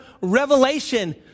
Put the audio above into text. revelation